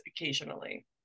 occasionally